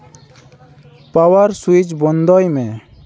power switch ᱵᱚᱱᱫᱚᱭ ᱢᱮ